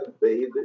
baby